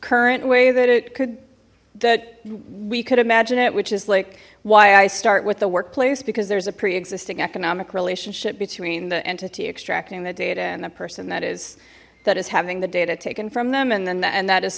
current way that it could that we could imagine it which is like why i start with the workplace because there's a pre existing economic relationship between the entity extracting the data and the person that is that is having the data taken from them and then and that is